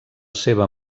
seva